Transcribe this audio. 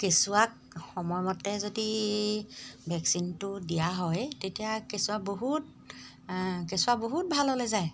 কেঁচুৱাক সময়মতে যদি ভেকচিনটো দিয়া হয় তেতিয়া কেঁচুৱা বহুত কেঁচুৱা বহুত ভাললৈ যায়